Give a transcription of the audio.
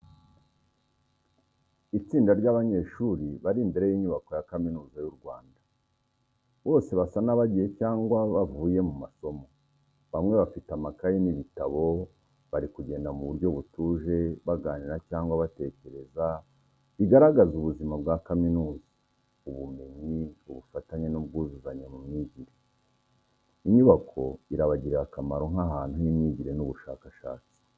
Itsinda ry’abanyeshuri bari imbere y’inyubako ya Kaminuza y’u Rwanda. Bose basa n’abagiye cyangwa bavuye mu masomo, bamwe bafite amakayi n’ibitabo. Bari kugenda mu buryo butuje, baganira cyangwa batekereza, bigaragaza ubuzima bwa kaminuza, ubumenyi, ubufatanye n’ubwuzuzanye mu myigire. Inyubako irabagirira akamaro nk’ahantu h’imyigire n’ubushakashatsi.